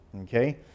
Okay